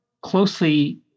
closely